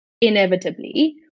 inevitably